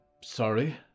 sorry